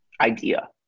idea